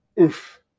Oof